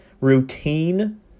routine